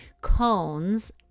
cones